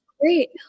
Great